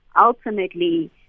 ultimately